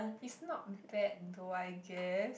is not bad though I guess